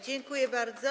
Dziękuję bardzo.